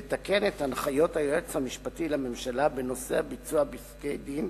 לתקן את הנחיות היועץ המשפטי לממשלה בנושא ביצוע פסקי-דין